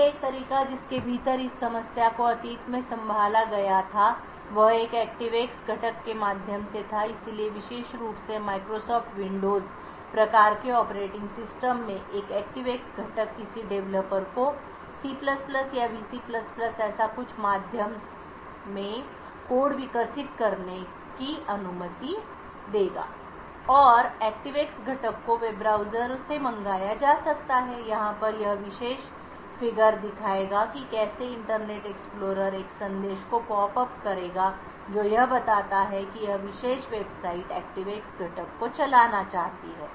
इसलिए एक तरीका जिसके भीतर इस समस्या को अतीत में संभाला गया था वह एक ActiveX घटक के माध्यम से था इसलिए विशेष रूप से Microsoft Windows प्रकार के ऑपरेटिंग सिस्टम में एक ActiveX घटक किसी डेवलपर को C या VC ऐसा कुछ माध्यम में कोड विकसित करने की अनुमति देगा और ActiveX घटक को वेब ब्राउज़र से मंगाया जा सकता है यहाँ पर यह विशेष figure दिखाएगा कि कैसे इंटरनेट एक्सप्लोरर एक संदेश को पॉपअप करेगा जो यह बताता है कि यह विशेष वेबसाइट ActiveX घटक को चलाना चाहती है